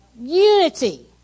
unity